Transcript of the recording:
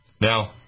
Now